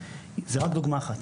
זה רק דוגמא אחת,